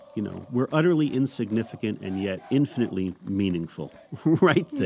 you know, we're utterly insignificant and yet infinitely meaningful right then.